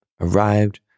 arrived